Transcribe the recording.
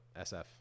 SF